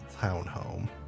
townhome